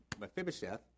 Mephibosheth